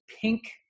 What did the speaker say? pink